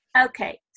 Okay